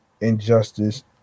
Injustice